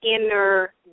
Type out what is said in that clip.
Inner